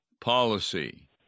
policy